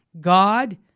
God